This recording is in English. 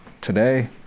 Today